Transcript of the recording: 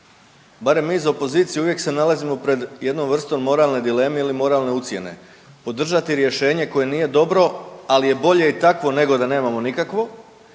barem mi iz opozicije, uvijek se nalazimo pred jednom vrstom moralne dileme ili moralne ucjene. Podržati rješenje koje nije dobro, ali je bolje i takvo nego da nemamo nikakvo